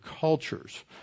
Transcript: cultures